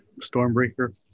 Stormbreaker